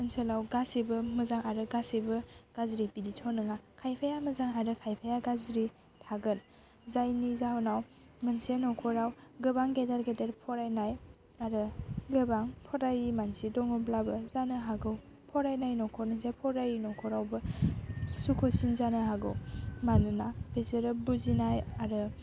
ओनसोलाव गासैबो मोजां आरो गासैबो गाज्रि बिदिथ' नङा खायफाया मोजां आरो खायफाया गाज्रि थागोन जायनि जाहोनाव मोनसे न'खराव गोबां गेदेर गेदेर फरायनाय आरो गोबां फरायै मानसि दङब्लाबो जानो हागौ फरायनाय न'खरनिजों फरायि न'खरावबो सुखुसिन जानो हागौ मानोना बिसोरो बुजिनाय आरो